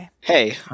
Hey